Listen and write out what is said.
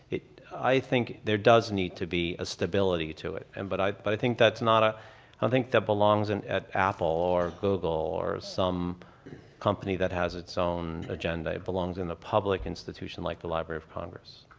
i think there does need to be a stability to it. and but i but i think that's not a i think that belongs and at apple or google, or some company that has its own agenda. it belongs in the public institution like the library of congress.